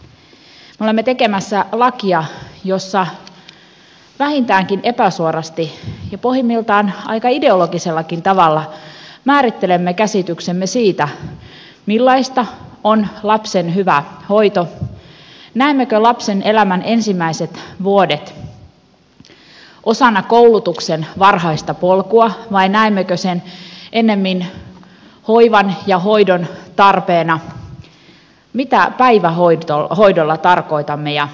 me olemme tekemässä lakia jossa vähintäänkin epäsuorasti ja pohjimmiltaan aika ideologisellakin tavalla määrittelemme käsityksemme siitä millaista on lapsen hyvä hoito näemmekö lapsen elämän ensimmäiset vuodet osana koulutuksen varhaista polkua vai näemmekö sen ennemmin hoivan ja hoidon tarpeena mitä päivähoidolla tarkoitamme ja mitä se on